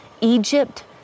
Egypt